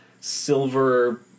silver